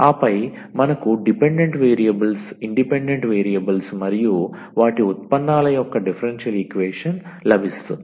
ఆపై మనకు dependent variables independent variables మరియు వాటి ఉత్పన్నాల యొక్క డిఫరెన్షియల్ ఈక్వేషన్ లభిస్తుంది